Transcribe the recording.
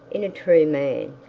in a true man,